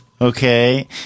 Okay